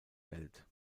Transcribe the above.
welt